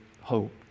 hope